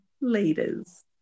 leaders